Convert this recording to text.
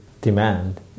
demand